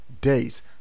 days